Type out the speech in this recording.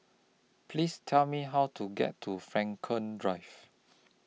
Please Tell Me How to get to Frankel Drive